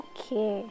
Okay